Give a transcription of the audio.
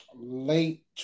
Late